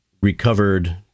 recovered